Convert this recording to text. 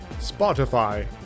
Spotify